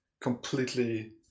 completely